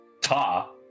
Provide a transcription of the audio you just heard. Ta